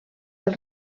del